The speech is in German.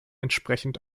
entsprechend